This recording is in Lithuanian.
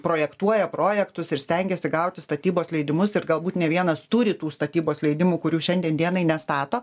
projektuoja projektus ir stengiasi gauti statybos leidimus ir galbūt ne vienas turi tų statybos leidimų kurių šiandien dienai nestato